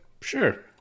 Sure